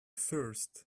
thirst